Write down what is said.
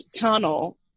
tunnel